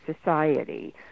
society